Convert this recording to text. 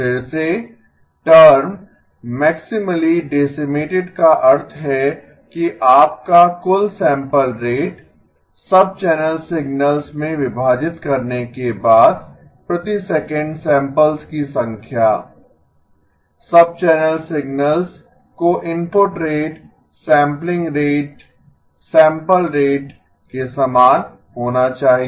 फिर से term maximally decimated का अर्थ है कि आपका कुल सैंपल रेट सबचैनल सिग्नल्स में विभाजित करने के बाद प्रति सेकंड सैंपल्स की संख्या सबचैनल सिग्नल्स को input rate sampling rate sample rate के समान होना चाहिए